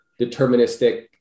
deterministic